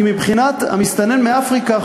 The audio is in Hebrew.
כי מבחינת המסתנן מאפריקה,